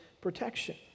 protection